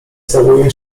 całują